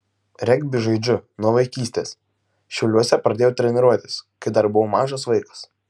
regbį žaidžiu nuo vaikystės šiauliuose pradėjau treniruotis kai dar buvau mažas vaikas